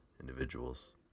individuals